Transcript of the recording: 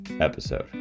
episode